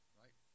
right